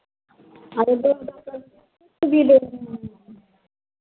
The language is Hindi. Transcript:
हाँ तो दो दो